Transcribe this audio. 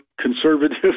conservative